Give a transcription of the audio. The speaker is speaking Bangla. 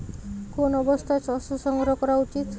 কোন অবস্থায় শস্য সংগ্রহ করা উচিৎ?